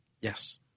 Yes